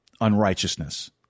unrighteousness